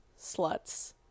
sluts